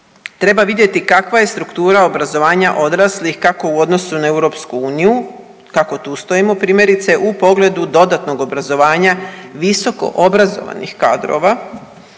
Treba vidjeti kakva je struktura obrazovanja odraslih kako u odnosu na EU, kako tu stojimo primjerice u pogledu dodatnog obrazovanja visoko obrazovanih kadrova